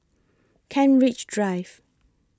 Kent Ridge Drive